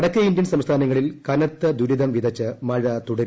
വടക്കേന്ത്യൻ സംസ്ഥാനങ്ങളിൽ കനത്ത ദൂരിതം വിതച്ച് ന് മഴ തുടരുന്നു